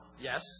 Yes